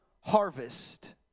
harvest